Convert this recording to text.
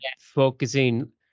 focusing